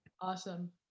Awesome